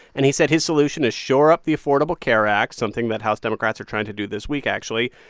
and he said his solution is shore up the affordable care act, something that house democrats are trying to do this week, actually,